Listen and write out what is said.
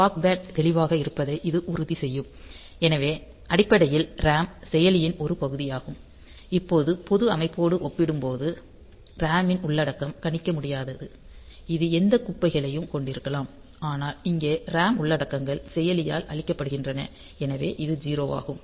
ஸ்க்ராட் pad தெளிவாக இருப்பதை இது உறுதி செய்யும் எனவே அடிப்படையில் RAM செயலியின் ஒரு பகுதியாகும் இப்போது பொது அமைப்போடு ஒப்பிடும்போது RAM ன் உள்ளடக்கம் கணிக்க முடியாதது இது எந்த குப்பைகளையும் கொண்டிருக்கலாம் ஆனால் இங்கே RAM உள்ளடக்கங்கள் செயலியால் அழிக்கப்படுகின்றன எனவே இது 0 ஆகும்